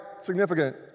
significant